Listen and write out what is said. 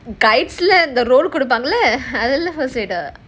guides lah இந்த:indha role கொடுப்பங்கள அதெல்லாம்:kodupangala adhellaam first aider